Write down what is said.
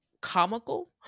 comical